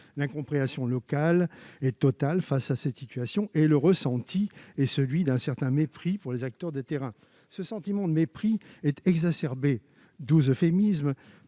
l'incompréhension est totale face à cette situation, et le ressenti est celui d'un certain mépris pour les acteurs de terrain. Ce sentiment de mépris est exacerbé- c'est un doux euphémisme